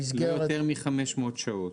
עד 500 שעות.